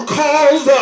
cause